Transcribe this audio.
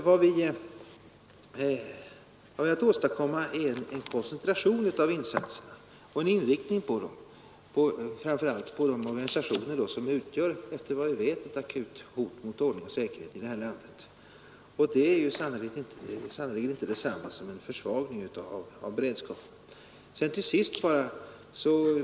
Vad vi velat åstadkomma är alltså en koncentration av insatserna och en inriktning av dem på framför allt de organisationer som efter vad vi vet utgör ett akut hot mot ordning och säkerhet här i landet. Det är sannerligen inte detsamma som en försvagning av beredskapen.